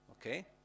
Okay